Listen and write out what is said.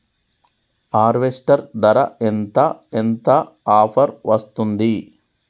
Harvester ధర ఎంత ఎంత ఆఫర్ వస్తుంది?